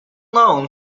known